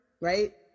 Right